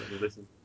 listen